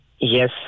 Yes